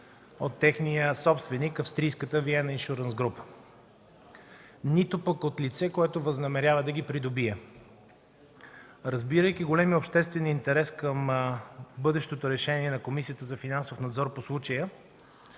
от техния собственик – австрийската „Виена Иншурънс Груп”, нито пък от лице, което възнамерява да ги придобие. Разбирайки големия обществен интерес към бъдещото решение на Комисията за финансов надзор по случая,